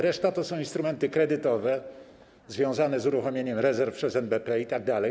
Reszta to są instrumenty kredytowe związane z uruchomieniem rezerw przez NBP itd.